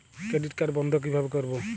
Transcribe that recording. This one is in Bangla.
ক্রেডিট কার্ড বন্ধ কিভাবে করবো?